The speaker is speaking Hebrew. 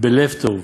בלב טוב,